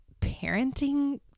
parenting